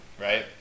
right